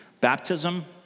baptism